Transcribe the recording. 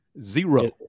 Zero